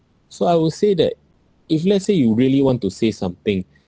so I would say that if let's say you really want to say something